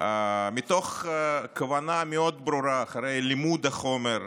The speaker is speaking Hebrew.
מתוך כוונה מאוד ברורה, אחרי לימוד החומר,